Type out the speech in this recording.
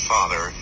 Father